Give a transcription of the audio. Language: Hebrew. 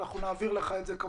נעביר לך את זה.